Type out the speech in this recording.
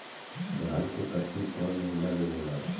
धान के कटनी कौन महीना में होला?